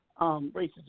racism